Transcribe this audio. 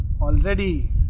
Already